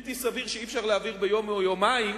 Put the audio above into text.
בלתי סביר שאי-אפשר להעביר ביום או ביומיים,